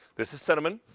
this is cinnamon.